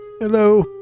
hello